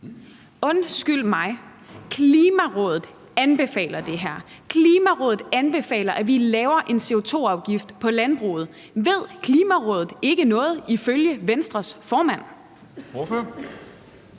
Undskyld mig, Klimarådet anbefaler det her. Klimarådet anbefaler, at vi laver en CO2-afgift på landbruget. Ved Klimarådet ikke noget ifølge Venstres formand?